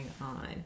on